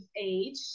age